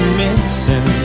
missing